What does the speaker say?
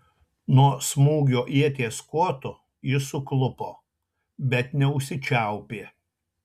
nuo smūgio ieties kotu jis suklupo bet neužsičiaupė